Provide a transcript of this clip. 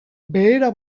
behera